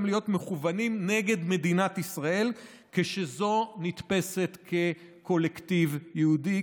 מכוונים נגד מדינת ישראל כשזו נתפסת כקולקטיב יהודי,